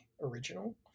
original